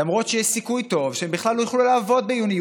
למרות שיש סיכוי טוב שהם בכלל לא יוכלו לעבוד ביוני,